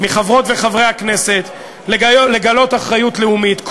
מחברות וחברי הכנסת לגלות אחריות לאומית.